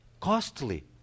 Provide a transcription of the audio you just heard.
costly